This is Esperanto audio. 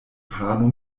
pano